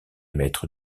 maîtres